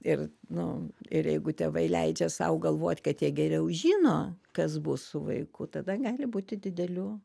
ir nu ir jeigu tėvai leidžia sau galvot kad jie geriau žino kas bus su vaiku tada gali būti didelių